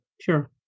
Sure